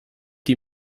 die